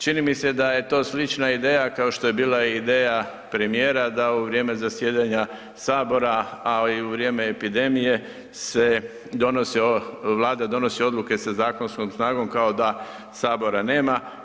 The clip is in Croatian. Čini mi se da je to slična ideja kao što je bila ideja premijera da u vrijeme zasjedanja Sabora, a i u vrijeme epidemije se donosi, Vlada donosi odluke sa zakonskom snagom, kao da Sabora nema.